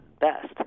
best